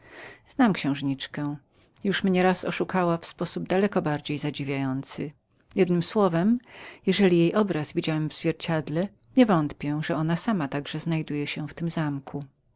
znam księżniczkę już ona raz mnie oszukała w sposób daleko bardziej zadziwiający jednem słowem jeżeli jej obraz widziałem w zwierciedle nie wątpię że ona sama także znajduje się w tym zamku